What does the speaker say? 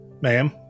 Ma'am